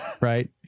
right